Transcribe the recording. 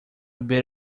bit